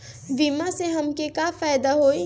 बीमा से हमके का फायदा होई?